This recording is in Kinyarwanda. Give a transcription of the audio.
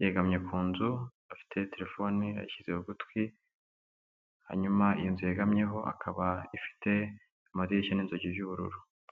yegamye ku nzu afite telefoni yashyize ku gutwi hanyuma iyo nzu yegamyeho ikaba ifite amadirishya n'inzugi z'ubururu.